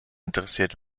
interessiert